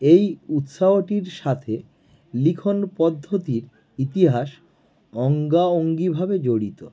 এই উৎসাহটির সাথে লিখন পদ্ধতির ইতিহাস অঙ্গাঅঙ্গিভাবে জড়িত